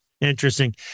Interesting